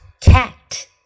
cat